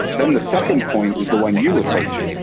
then the second point is the one you referred to.